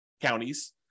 counties